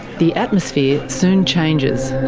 the atmosphere soon changes.